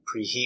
preheat